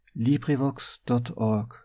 LibriVox.org